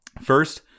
First